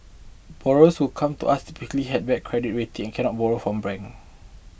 borrowers who come to us typically had red credit rating cannot borrow from ban